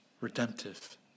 redemptive